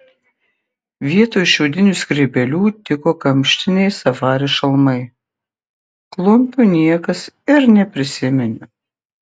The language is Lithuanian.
vietoj šiaudinių skrybėlių tiko kamštiniai safari šalmai klumpių niekas ir neprisiminė